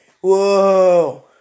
whoa